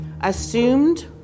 assumed